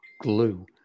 glue